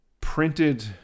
printed